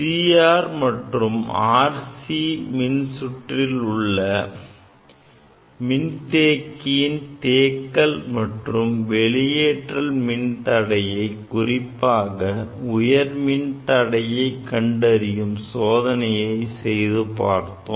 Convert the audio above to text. CR அல்லது RC மின் சுற்றிலுள்ள மின்தேக்கியின் தேக்கல் மற்றும் வெளியேற்றல் மின்தடையை குறிப்பாக உயர் மின் தடையை கண்டறியும் சோதனையை செய்து பார்த்தோம்